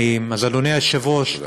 אז, אדוני היושב-ראש, תודה.